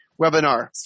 webinar